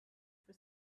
for